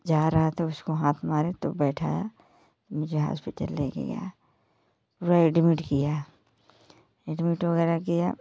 जा रहा था तो उसको हाथ मारे तो बैठाया मुझे हॉस्पिटल ले के गया पूरा एडमिट किया एडमिट वगैरह किया